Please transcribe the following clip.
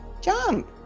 jump